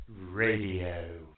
Radio